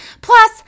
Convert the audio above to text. Plus